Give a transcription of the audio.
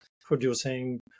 producing